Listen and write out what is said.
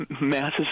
Masses